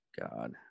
god